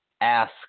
ask